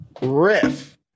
riff